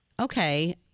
Okay